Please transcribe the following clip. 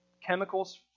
chemicals